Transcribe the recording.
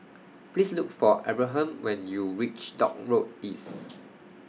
Please Look For Abraham when YOU REACH Dock Road East